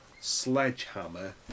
sledgehammer